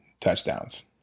touchdowns